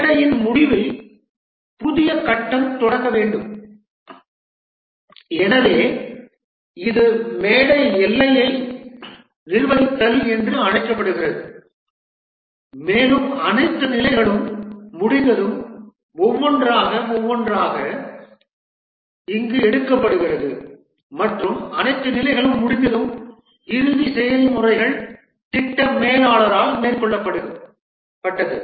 மேடையின் முடிவில் புதிய கட்டம் தொடங்க வேண்டும் எனவே இது மேடை எல்லையை நிர்வகித்தல் என்று அழைக்கப்படுகிறது மேலும் அனைத்து நிலைகளும் முடிந்ததும் ஒவ்வொன்றாக ஒவ்வொன்றாக இங்கு எடுக்கப்படுகிறது மற்றும் அனைத்து நிலைகளும் முடிந்ததும் இறுதி செயல்முறைகள் திட்ட மேலாளரால் மேற்கொள்ளப்பட்டது